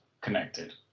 Connected